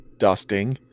dusting